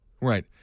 Right